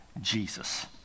Jesus